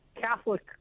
Catholic